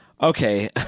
Okay